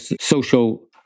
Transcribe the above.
social